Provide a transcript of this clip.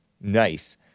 Nice